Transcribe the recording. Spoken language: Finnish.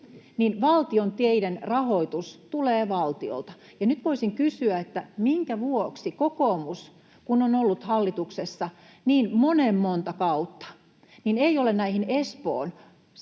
niin valtion teiden rahoitus tulee valtiolta, ja nyt voisin kysyä, minkä vuoksi kokoomus, kun on ollut hallituksessa niin monen monta kautta, ei ole näihin Espoon läpi